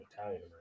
Italian